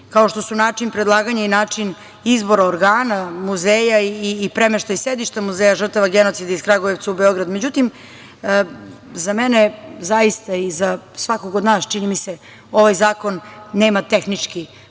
kao što su način predlaganja i način izbora organa muzeja i premeštaj sedišta Muzeja žrtava genocida iz Kragujevca u Beograd.Međutim, za mene zaista i za svakog od nas, čini mi se, ovaj zakon nema tehnički karakter,